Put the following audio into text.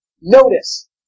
Notice